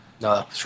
No